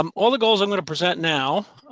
um all the goals i'm going to present now